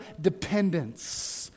dependence